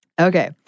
Okay